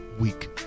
week